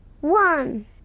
One